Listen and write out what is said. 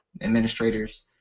administrators